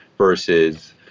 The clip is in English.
versus